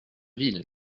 ville